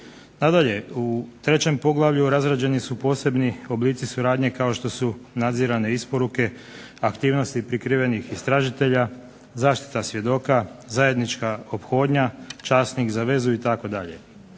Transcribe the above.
Nadalje u trećem poglavlju razrađeni su posebni oblici suradnje kao što su nadzirane isporuke, aktivnosti prikrivenih istražitelja, zaštita svjedoka, zajednička ophodnja, časnik za vezu itd.